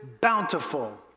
bountiful